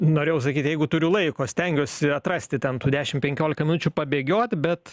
norėjau sakyt jeigu turiu laiko stengiuosi atrasti ten tų dešim penkiolika minučių pabėgiot bet